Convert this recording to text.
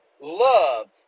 love